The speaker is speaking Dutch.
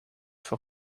voor